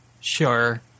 Sure